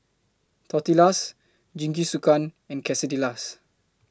Tortillas Jingisukan and Quesadillas